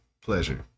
pleasure